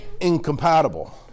incompatible